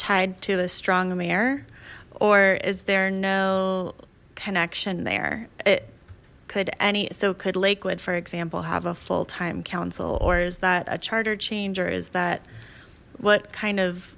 tied to a strong mayor or is there no connection there it could any so could lakewood for example have a full time council or is that a charter change or is that what kind of